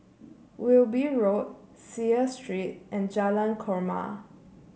Wilby Road Seah Street and Jalan Korma